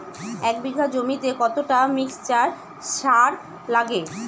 এক বিঘা জমিতে কতটা মিক্সচার সার লাগে?